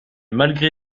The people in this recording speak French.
malgré